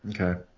Okay